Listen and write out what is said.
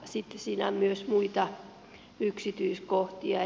sitten siinä on myös muita yksityiskohtia